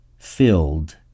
filled